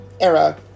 era